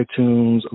iTunes